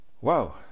Wow